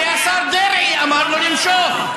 כי השר דרעי אמר לו למשוך.